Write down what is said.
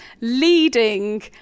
leading